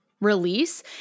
Release